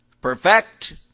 perfect